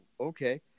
okay